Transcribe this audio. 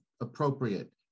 appropriate